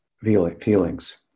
feelings